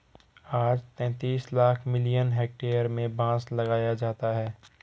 आज तैंतीस lakh million hectare में बांस लगाया जाता है